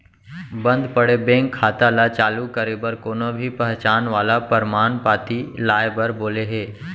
बंद पड़े बेंक खाता ल चालू करे बर कोनो भी पहचान वाला परमान पाती लाए बर बोले हे